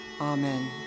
amen